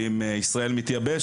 עם "ישראל מתייבשת"